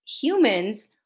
Humans